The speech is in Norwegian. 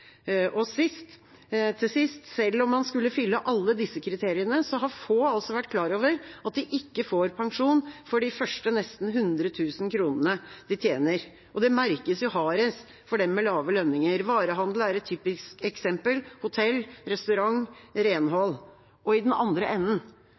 til sist: Selv om man skulle fylle alle disse kriteriene, har få altså vært klar over at de ikke får pensjon for de første nesten 100 000 kr de tjener. Det merkes jo hardest for dem med lave lønninger. Varehandel er et typisk eksempel – og hotell, restaurant,